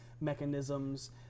mechanisms